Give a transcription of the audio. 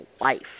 life